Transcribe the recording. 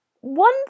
One